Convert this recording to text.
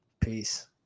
Peace